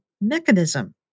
mechanism